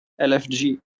LFG